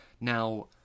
Now